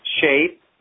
shape